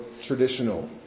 traditional